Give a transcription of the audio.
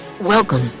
welcome